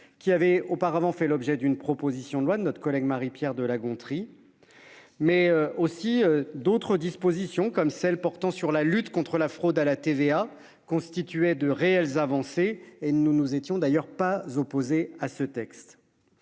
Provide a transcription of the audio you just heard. qui avait auparavant fait l'objet d'une proposition de loi de notre collègue Marie-. Pierre de La Gontrie. Mais aussi d'autres dispositions comme celles portant sur la lutte contre la fraude à la TVA constituaient de réelles avancées et nous nous étions d'ailleurs pas opposée à ce texte.